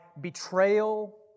betrayal